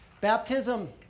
baptism